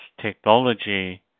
technology